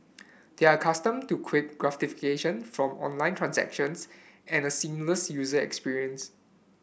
they are accustomed to quick gratification from online transactions and a seamless user experience